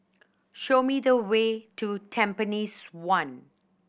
show me the way to Tampines One